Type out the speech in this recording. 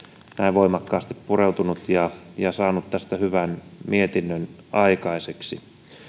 voimakkaasti pureutunut ja saanut tästä hyvän mietinnön aikaiseksi